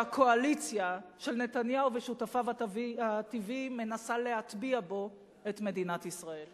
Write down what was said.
שהקואליציה של נתניהו ושותפיו הטבעיים מנסה להטביע בו את מדינת ישראל.